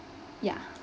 ya